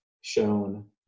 shown